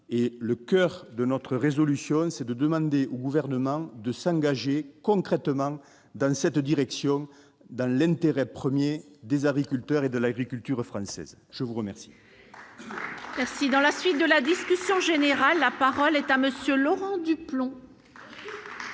le coeur de notre résolution, c'est de demander au gouvernement de s'engager concrètement dans cette direction, dans l'intérêt 1er des agriculteurs et de l'agriculture française, je vous remercie.